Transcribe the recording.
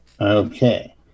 Okay